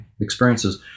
experiences